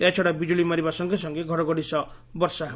ଏହାଛଡା ବିକୁଳି ମାରିବା ସଙ୍ଙେ ସଙ୍ଙେ ଘଡ଼ଘଡ଼ି ସହ ବର୍ଷା ହେବ